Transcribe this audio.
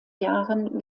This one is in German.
jahren